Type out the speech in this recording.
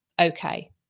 okay